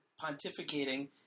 pontificating